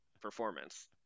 performance